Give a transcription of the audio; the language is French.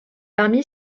parmi